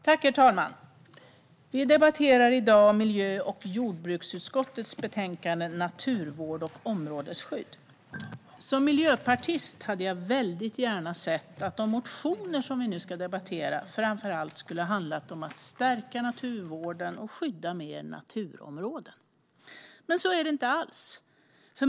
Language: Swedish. Herr talman! Vi debatterar i dag miljö och jordbruksutskottets betänkande Naturvård och områdesskydd . Som miljöpartist hade jag väldigt gärna sett att de motioner som vi nu ska debattera framför allt skulle ha handlat om att stärka naturvården och skydda fler naturområden. Men så är det inte alls.